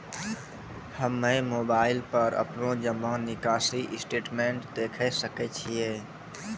हम्मय मोबाइल पर अपनो जमा निकासी स्टेटमेंट देखय सकय छियै?